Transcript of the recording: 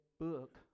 book